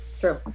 True